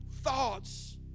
thoughts